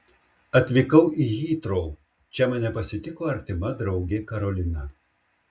atvykau į hitrou čia mane pasitiko artima draugė karolina